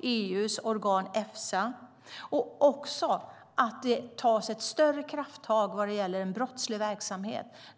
EU:s organ Efsa. Det måste också tas ett större krafttag mot den brottsliga verksamheten.